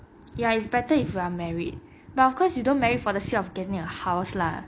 ya it's better if you are married but of course you don't marry for the sake of getting a house lah